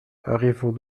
arrivons